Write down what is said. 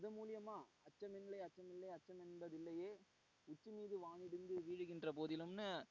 அது மூலியமாக அச்சமில்லை அச்சமில்லை அச்சம் என்பதில்லையே உச்சி மீது வானிடிந்து வீழுகின்ற போதிலும்னு